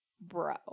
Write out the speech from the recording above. bro